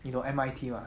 你懂 M_I_T mah